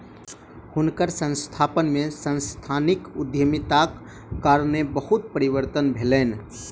हुनकर संस्थान में सांस्थानिक उद्यमिताक कारणेँ बहुत परिवर्तन भेलैन